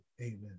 Amen